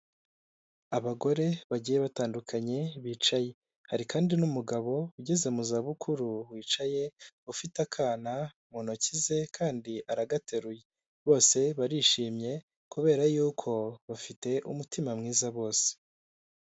Abagore bagiye batandukanye bicaye hari kandi n'umugabo ugeze mu za bukuru wicaye; ufite akana mu ntoki ze kandi aragateruye, bose barishimye kubera yuko bafite umutima mwiza bose.